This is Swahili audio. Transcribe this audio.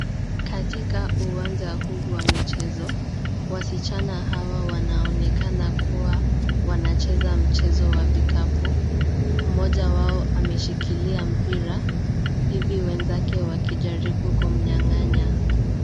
Katika uwanja huu wa michezo, wasichana hawa wanaonekana kuwa wanacheza mchezo wa vikapu. Mmoja wao ameshikilia mpira hivi wenzake wakijaribu kumnyang'anya.